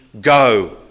go